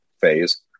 phase